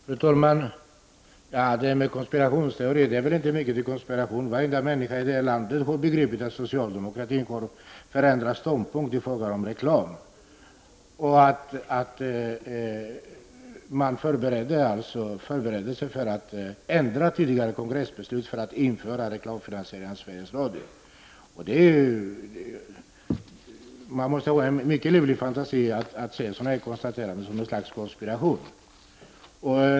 Fru talman! Det har framförts en konspirationsteori. Men det är väl inte mycket till konspiration när varenda människa i landet har begripit att socialdemokratin har förändrat sin ståndpunkt i fråga om reklam. Man förbereder sig för att ändra tidigare kongressbeslut och införa reklamfinansiering av Sveriges Radio. Man måste ha mycket livlig fantasi för att uppfatta ett sådant konstaterande som något slags konspiration.